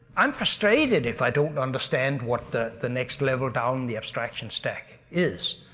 i'm frustrated if i don't understand what the the next level down in the abstraction stack is.